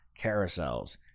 carousels